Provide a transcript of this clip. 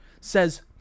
says